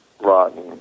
rotten